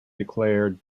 declared